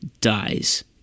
dies